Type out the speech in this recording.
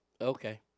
Okay